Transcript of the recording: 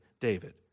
David